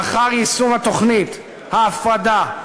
לאחר יישום תוכנית ההפרדה,